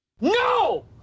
No